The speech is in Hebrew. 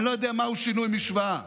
אני לא יודע מהו שינוי משוואה.